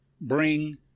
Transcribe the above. bring